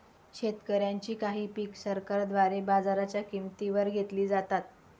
शेतकऱ्यांची काही पिक सरकारद्वारे बाजाराच्या किंमती वर घेतली जातात